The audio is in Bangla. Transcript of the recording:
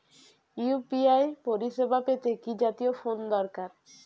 ইউ.পি.আই পরিসেবা পেতে কি জাতীয় ফোন দরকার?